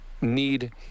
need